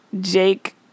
Jake